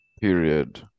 Period